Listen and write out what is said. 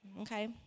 okay